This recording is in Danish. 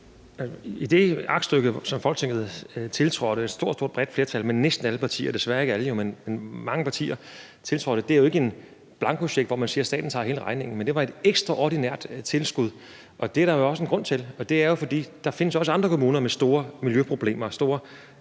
i et stort, bredt flertal tiltrådte, desværre ikke med alle partier, men med mange af partierne, er jo ikke en blankocheck, hvor man siger, at staten betaler hele regningen, men det var et ekstraordinært tilskud, og det er der jo også en grund til. For der findes også andre kommuner, som har store miljøproblemer og store